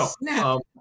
no